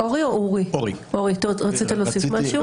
אורי, רציתי להוסיף משהו?